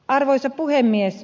arvoisa puhemies